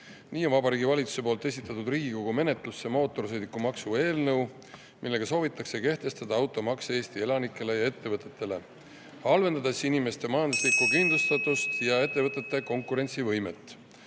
Nii on Vabariigi Valitsus esitanud Riigikogu menetlusse mootorsõidukimaksu [seaduse] eelnõu, millega soovitakse kehtestada automaks Eesti elanikele ja ettevõtetele, halvendades inimeste majanduslikku kindlustatust ja ettevõtete konkurentsivõimet. Automaksu